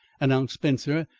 announced spencer,